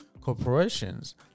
corporations